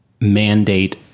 mandate